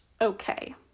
okay